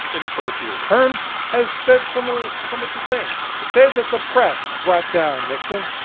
in earth year terms, has said somewhat somewhat the same. to say that the press brought down nixon,